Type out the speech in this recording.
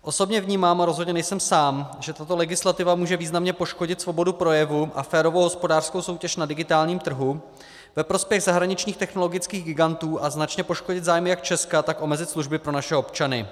Osobně vnímám, a rozhodně nejsem sám, že tato legislativa může významně poškodit svobodu projevu a férovou hospodářskou soutěž na digitálním trhu ve prospěch zahraničních technologických gigantů a značně poškodit zájmy jak Česka, tak omezit služby pro naše občany.